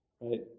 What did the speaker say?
Right